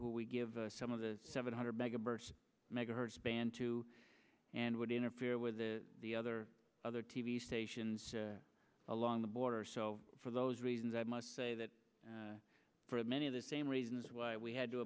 would give some of the seven hundred megahertz megahertz band two and would interfere with the other other t v stations along the border so for those reasons i must say that for many of the same reasons why we had to